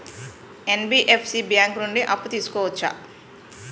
NBFC bank నుండి అప్పు తీసుకోవచ్చా?